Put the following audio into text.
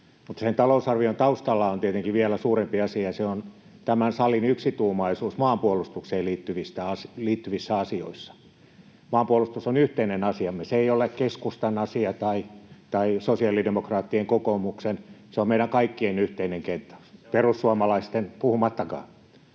talousarvion taustalla on tietenkin vielä suurempi asia, ja se on tämän salin yksituumaisuus maanpuolustukseen liittyvissä asioissa. Maanpuolustus on yhteinen asiamme. Se ei ole keskustan asia tai sosiaalidemokraattien, kokoomuksen, se on meidän kaikkien yhteinen kenttä, perussuomalaisista puhumattakaan.